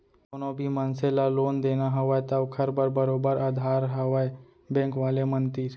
कोनो भी मनसे ल लोन देना हवय त ओखर बर बरोबर अधार हवय बेंक वाले मन तीर